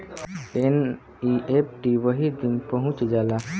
NEFT वही दिन पहुंच जाला